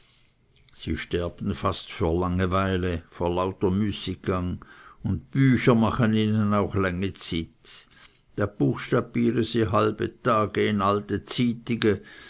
sie sterben fast vor langeweile vor lauter müßiggang und bücher machen ihnen auch langi zyt da buchstabiere si halbi tage in alte zytige